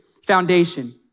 foundation